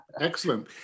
Excellent